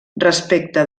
respecte